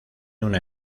una